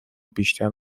بیشتر